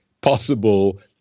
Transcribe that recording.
possible